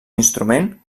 instrument